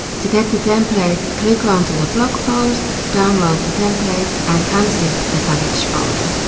to get the template click onto the blog post, download the template and unzip the packaged folder.